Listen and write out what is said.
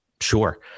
sure